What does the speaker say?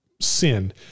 sin